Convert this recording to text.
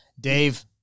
Dave